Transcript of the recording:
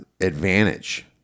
advantage